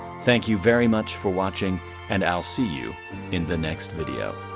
thank you very much for watching and i'll see you in the next video.